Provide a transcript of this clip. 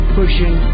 pushing